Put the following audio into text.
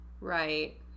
Right